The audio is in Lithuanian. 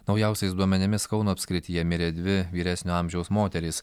naujausiais duomenimis kauno apskrityje mirė dvi vyresnio amžiaus moterys